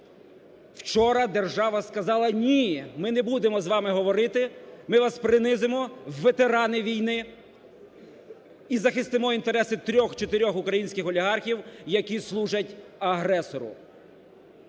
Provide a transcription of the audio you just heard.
Вчора держава сказала: "Ні! Ми не будемо з вами говорити, ми вас принизимо, ветерани війни, і захистимо інтереси 3-4 українських олігархів, які служать агресору".